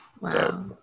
Wow